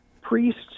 priests